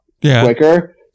quicker